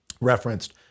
referenced